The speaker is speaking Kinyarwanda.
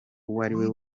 uwariwe